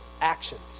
actions